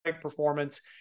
performance